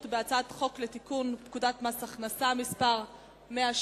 על הצעת חוק לתיקון פקודת מס הכנסה (מס' 170)